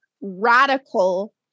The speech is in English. radical